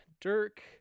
Dirk